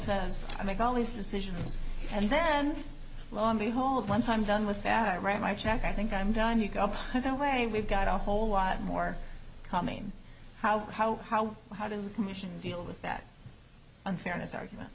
make all these decisions and then lo and behold once i'm done with that i write my check i think i'm done you have no way we've got a whole lot more coming how how how how does the commission deal with that unfairness argument